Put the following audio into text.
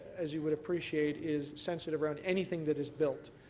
as you would appreciate is sensitive around anything that is built,